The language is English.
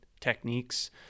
techniques